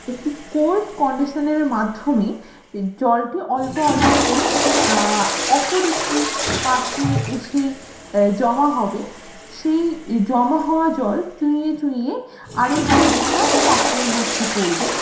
একটি কোল্ড কন্ডিশনারের মাধ্যমে জলটি অল্প অল্প করে অপর একটি পাত্রে এসে জমা হবে সেই জমা হওয়া জল চুঁইয়ে চুঁইয়ে আর একটি বিকার বা পাত্রর মধ্যে পড়বে